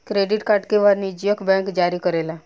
credit card के वाणिजयक bank जारी करेला